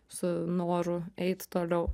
su noru eit toliau